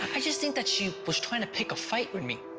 i just think that she was trying to pick a fight with me.